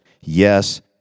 Yes